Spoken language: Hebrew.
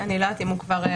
אני לא יודעת אם הוא עלה